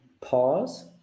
pause